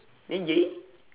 then yayi